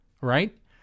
right